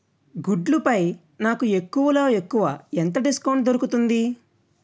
గుడ్లపై నాకు ఎక్కువలో ఎక్కువ ఎంత డిస్కౌంట్ దొరుకుతుంది